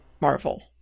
Marvel